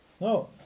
No